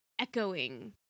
echoing